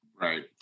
Right